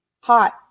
hot